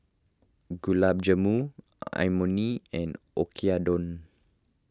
Gulab Jamun Imoni and